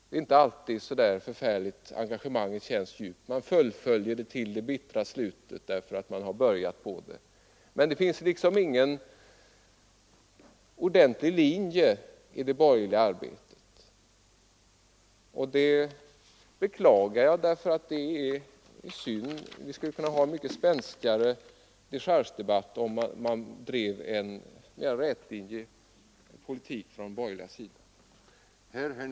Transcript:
Det är inte alltid engagemanget känns så djupt, men man fullföljer till det bittra slutet därför att man har börjat med det. Det finns ingen ordentlig linje i det borgerliga arbetet, och det beklagar jag. Vi skulle kunna ha en mycket spänstigare dechargedebatt om man drev en mera rätlinjig politik från den borgerliga sidan.